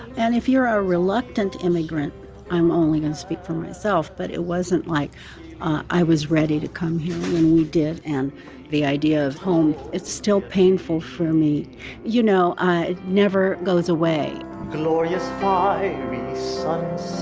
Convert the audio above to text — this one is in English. and if you're a reluctant immigrant i'm only gonna speak for myself. but it wasn't like i was ready to come here and we did. and the idea of home. it's still painful for me you know it never goes away glorious five sons